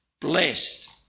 Blessed